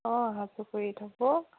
অঁ হাঁহ চাপৰিত হ'ব